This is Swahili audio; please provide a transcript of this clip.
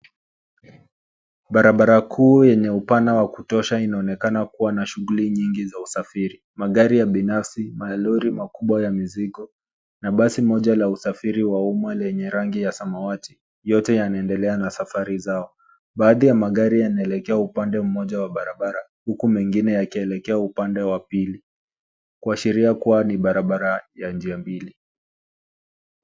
Barabara kuu yenye upana wa kutosha inaonekana kuwa na shughuli nyingi za usafiri. Magari ya binafsi, malori makubwa ya mizigo na basi moja la usafiri wa umma lenye rangi ya samawati yote yanaendelea na safari zao. Baadhi ya magari yanaelekea upande mmoja wa barabara huku mengine yakielekea upande wa pili kuashiria kuwa ni barabara ya njia mbili.